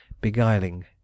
Beguiling